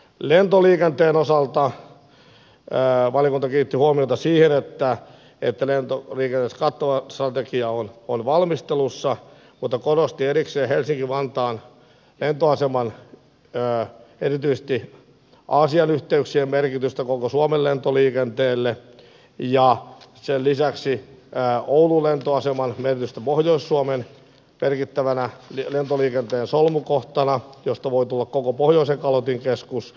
lentoliikenteen osalta valiokunta kiinnitti huomiota siihen että lentoliikenteen kattava strategia on valmistelussa mutta korosti erikseen helsinki vantaan lentoaseman erityisesti aasian yhteyksien merkitystä koko suomen lentoliikenteelle ja sen lisäksi oulun lentoaseman merkitystä pohjois suomen merkittävänä lentoliikenteen solmukohtana josta voi tulla koko pohjoisen kalotin keskus